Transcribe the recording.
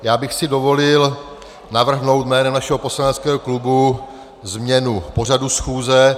Já bych si dovolil navrhnout jménem našeho poslaneckého klubu změnu pořadu schůze.